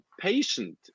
patient